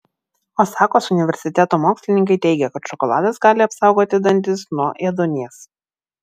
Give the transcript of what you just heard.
osakos universiteto mokslininkai teigia kad šokoladas gali apsaugoti dantis nuo ėduonies